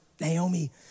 Naomi